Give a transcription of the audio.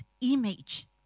image